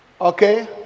Okay